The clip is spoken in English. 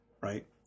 right